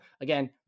again